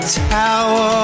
tower